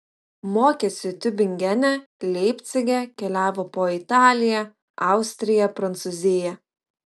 mokėsi tiubingene leipcige keliavo po italiją austriją prancūziją